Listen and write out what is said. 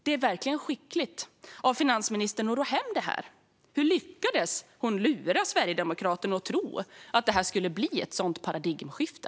Det är verkligen skickligt av finansministern att ro hem detta. Hur lyckades hon lura Sverigedemokraterna att tro att detta skulle bli ett paradigmskifte?